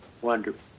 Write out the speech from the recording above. wonderful